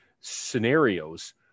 scenarios